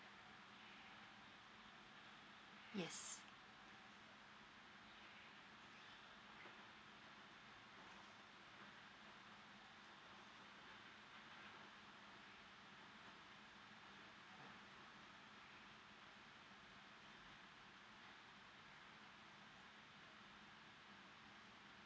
yes